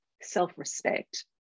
self-respect